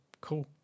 cool